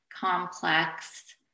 complex